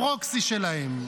הפרוקסי שלהם.